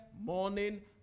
morning